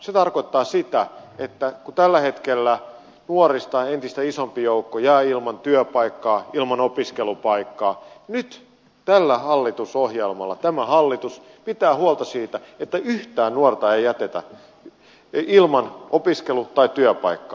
se tarkoittaa sitä että kun tällä hetkellä nuorista entistä isompi joukko jää ilman työpaikkaa ilman opiskelupaikkaa niin nyt tällä hallitusohjelmalla tämä hallitus pitää huolta siitä että yhtään nuorta ei jätetä ilman opiskelu tai työpaikkaa